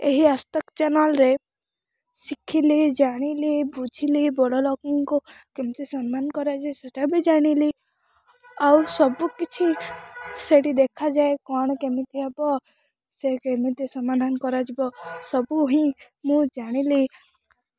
ଏହି ଆଜ୍ ତକ୍ ଚ୍ୟାନେଲ୍ରେ ଶିଖିଲି ଜାଣିଲି ବୁଝିଲି ବଡ଼ଲୋକଙ୍କୁ କେମତି ସମ୍ମାନ କରାଯାଏ ସେଇଟା ବି ଜାଣିଲି ଆଉ ସବୁକିଛି ସେଇଟି ଦେଖାଯାଏ କ'ଣ କେମିତି ହେବ ସେ କେମିତି ସମାଧାନ କରାଯିବ ସବୁ ହିଁ ମୁଁ ଜାଣିଲି